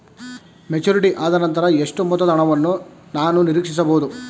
Maturity ಆದನಂತರ ಎಷ್ಟು ಮೊತ್ತದ ಹಣವನ್ನು ನಾನು ನೀರೀಕ್ಷಿಸ ಬಹುದು?